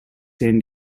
san